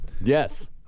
Yes